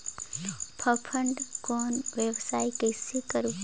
फाफण कौन व्यवसाय कइसे करबो?